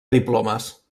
diplomes